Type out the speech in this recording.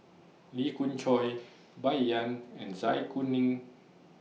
Lee Khoon Choy Bai Yan and Zai Kuning